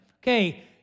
Okay